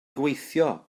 gweithio